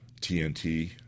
tnt